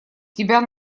тебя